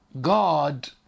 God